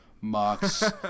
mocks